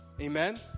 Amen